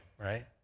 right